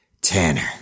Tanner